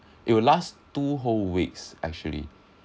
it will last two whole weeks actually